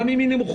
גם אם היא נמוכה.